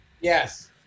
Yes